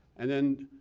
and then,